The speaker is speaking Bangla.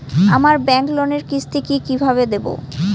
আমার ব্যাংক লোনের কিস্তি কি কিভাবে দেবো?